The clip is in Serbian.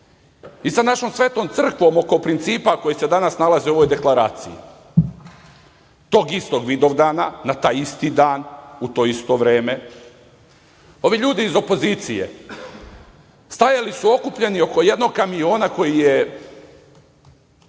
i sa našom svetom crkvom oko principa koji se danas nalaze u ovoj deklaraciji. Tog istog Vidovdana, na taj isti dan, u to isto vreme, ovi ljudi iz opozicije stajali su okupljeni oko jednog kamiona koji je